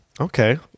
Okay